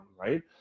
right